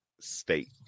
state